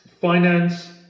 finance